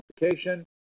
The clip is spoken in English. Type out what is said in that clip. notification